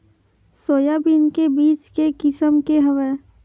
Soybean के बीज के किसम के हवय?